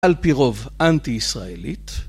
על פי רוב אנטי-ישראלית